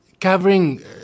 covering